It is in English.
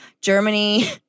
Germany